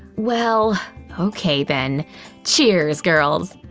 well okay then cheers girls